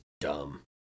dumb